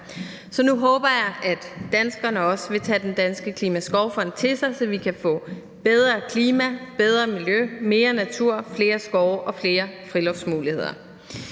Så nu håber jeg, at danskerne også vil tage Den Danske Klimaskovfond til sig, så vi kan få bedre klima, bedre miljø, mere natur, flere skove og flere friluftsmuligheder.